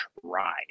try